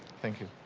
thank you.